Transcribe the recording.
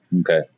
Okay